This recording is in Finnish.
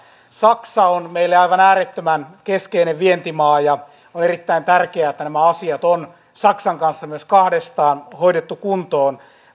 saksa on meille aivan äärettömän keskeinen vientimaa ja on erittäin tärkeää että nämä asiat on saksan kanssa myös kahdestaan hoidettu kuntoon